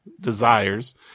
desires